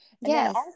Yes